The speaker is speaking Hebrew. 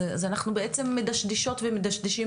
אז אנחנו בעצם מדשדשות ומדשדשים,